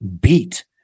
beat